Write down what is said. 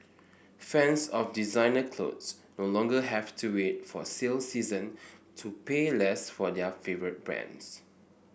fans of designer clothes no longer have to wait for sale season to pay less for their favourite brands